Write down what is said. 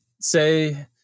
say